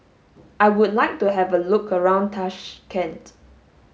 I would like to have a look around Tashkent